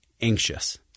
anxious